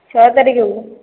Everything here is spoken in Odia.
ଛଅ ତାରିଖକୁ